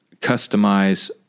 customize